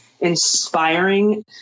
inspiring